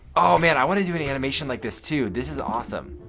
oh man, i want to do an animation like this too. this is awesome.